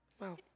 Wow